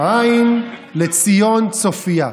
עין לציון צופייה.